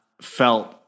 felt